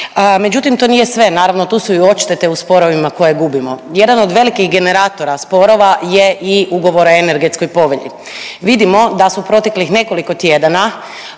međutim to nije sve, naravno tu su i odštete u sporovima koje gubimo. Jedan od velikih generatora sporova je i Ugovor o energetskoj povelji, vidimo da su proteklih nekoliko tjedana,